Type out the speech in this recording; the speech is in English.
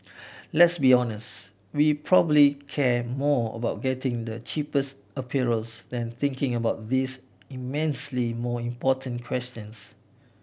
let's be honest we probably care more about getting the cheapest apparels than thinking about these immensely more important questions